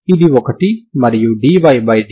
కాబట్టి మీకు మిగిలేది f00